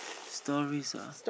stories ah